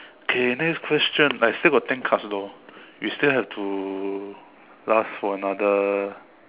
okay next question I still got ten cards though you still have to last for another